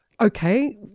Okay